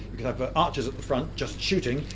you can have ah archers at the front just shooting,